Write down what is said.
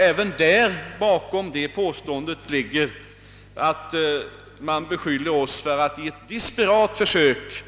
Även bakom det påståendet ligger att man beskyller oss för ett desperat försök